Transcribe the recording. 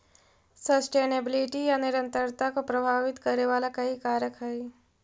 sustainability या निरंतरता को प्रभावित करे वाला कई कारक हई